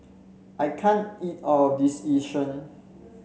I can't eat all of this Yu Sheng